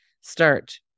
start